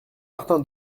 martin